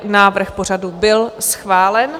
Návrh pořadu byl schválen.